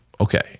okay